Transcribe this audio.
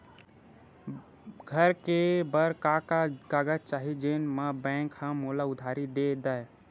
घर ले बर का का कागज चाही जेम मा बैंक हा मोला उधारी दे दय?